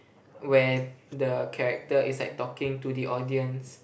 where the character is like talking to the audience